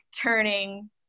turning